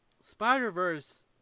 Spider-Verse